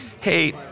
hey